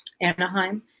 Anaheim